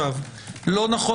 נכון